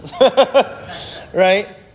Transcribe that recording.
Right